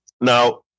Now